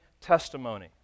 testimony